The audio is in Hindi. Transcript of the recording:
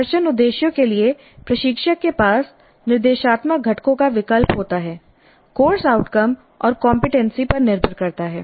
प्रदर्शन उद्देश्यों के लिए प्रशिक्षक के पास निर्देशात्मक घटकों का विकल्प होता है कोर्स आउटकम और कमपेटेंसी पर निर्भर करता है